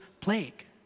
plague